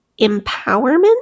empowerment